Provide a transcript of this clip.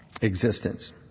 existence